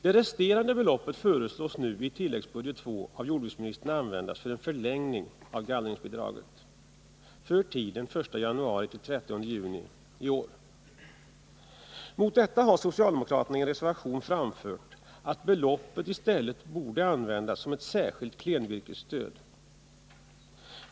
Det resterande beloppet föreslås nu i tilläggsbudget II av jordbruksministern användas för en förlängning av gallringsbidraget för tiden 1 januari-30 juni 1980. Mot detta har socialdemokraterna i en reservation framfört att beloppet i stället borde användas som ett särskilt klenvirkesstöd.